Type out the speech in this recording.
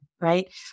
right